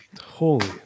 Holy